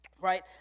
right